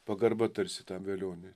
pagarba tarsi tam velioniui